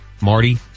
Marty